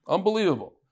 Unbelievable